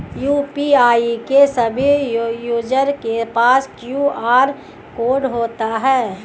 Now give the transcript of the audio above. UPI के सभी user के पास क्यू.आर कोड होता है